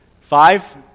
Five